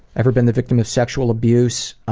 ever been the victim of sexual abuse?